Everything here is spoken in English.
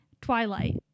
twilight